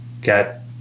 get